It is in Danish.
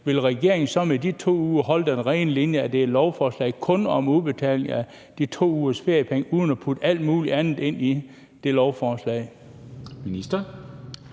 vil regeringen så med de 2 uger holde den rene linje, sådan at det er et lovforslag kun om udbetaling af de 2 ugers feriepenge, altså uden at putte alt muligt andet ind i det lovforslag?